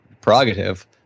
prerogative